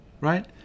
right